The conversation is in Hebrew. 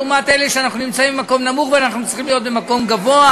לעומת אלה שאנחנו נמצאים במקום נמוך ואנחנו צריכים להיות במקום גבוה,